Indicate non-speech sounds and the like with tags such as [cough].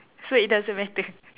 so it doesn't matter [laughs]